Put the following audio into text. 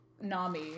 Nami